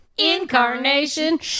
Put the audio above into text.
incarnation